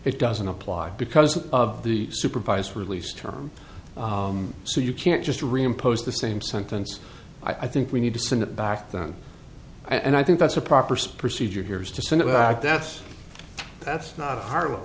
it doesn't apply because of the supervised release term so you can't just reimposed the same sentence i think we need to send it back then and i think that's a proper spritz ija here is to send it back that's that's not har